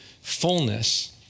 fullness